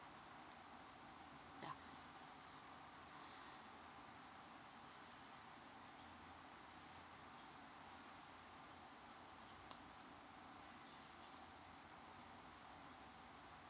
yeah